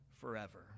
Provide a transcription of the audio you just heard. forever